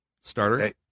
Starter